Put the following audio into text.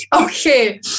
Okay